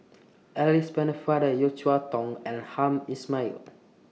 Alice Pennefather Yeo Cheow Tong and Hamed Ismail